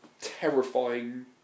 terrifying